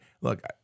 Look